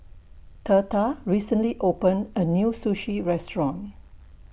Theta recently opened A New Sushi Restaurant